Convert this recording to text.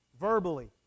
verbally